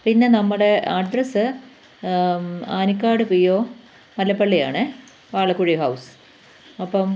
പിന്നെ നമ്മുടെ address Anikkad P O മല്ലപ്പള്ളിയാണെ വാലക്കുഴി ഹൗസ് അപ്പോള്